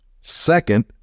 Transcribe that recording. Second